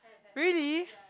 really